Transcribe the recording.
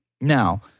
Now